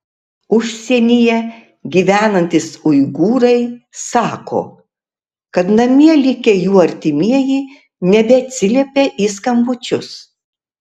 užsienyje gyvenantys uigūrai sako kad namie likę jų artimieji nebeatsiliepia į skambučius